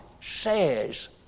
says